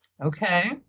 Okay